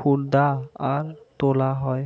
হুদা আর তোলা হয়